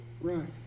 Right